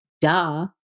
duh